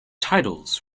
titles